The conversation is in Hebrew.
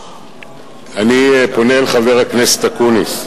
אני פונה אל חבר הכנסת אקוניס,